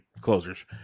closers